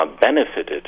benefited